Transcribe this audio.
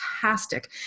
fantastic